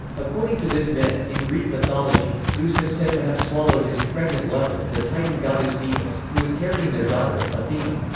according to this myth, in greek mythology, zeus is said to have swallowed his pregnant lover, the titan goddess metis, who was carrying their daughter, athena.